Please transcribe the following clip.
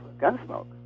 Gunsmoke